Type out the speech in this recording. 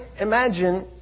imagine